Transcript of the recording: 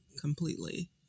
completely